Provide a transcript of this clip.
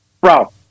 bro